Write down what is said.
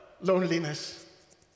loneliness